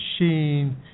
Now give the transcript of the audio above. machine